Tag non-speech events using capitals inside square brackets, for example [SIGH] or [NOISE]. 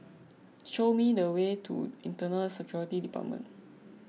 [NOISE] show me the way to Internal Security Department